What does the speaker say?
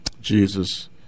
Jesus